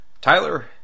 Tyler